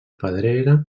pedrera